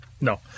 No